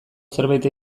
zerbait